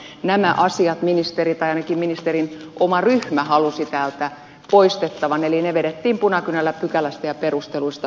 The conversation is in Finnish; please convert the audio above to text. mutta nämä asiat ministeri tai ainakin ministerin oma ryhmä halusi täältä poistettavan eli ne vedettiin punakynällä pykälästä ja perusteluista yli